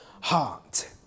heart